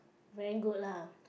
very good lah